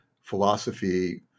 philosophy